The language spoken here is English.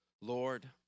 Lord